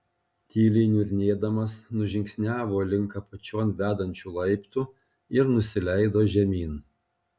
tyliai niurnėdamas nužingsniavo link apačion vedančių laiptų ir nusileido žemyn